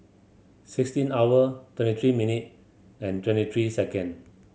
sixteen hour twenty three minute and twenty three second